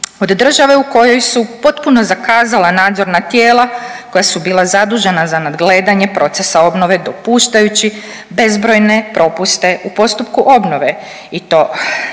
od države u kojoj su potpuno zakazala nadzorna tijela koja su bila zadužena za nadgledanje procesa obnove dopuštajući bezbrojne propuste u postupku obnove i to